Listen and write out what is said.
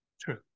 True